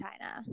China